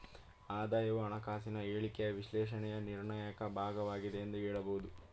ಆದಾಯವು ಹಣಕಾಸಿನ ಹೇಳಿಕೆಯ ವಿಶ್ಲೇಷಣೆಯ ನಿರ್ಣಾಯಕ ಭಾಗವಾಗಿದೆ ಎಂದು ಹೇಳಬಹುದು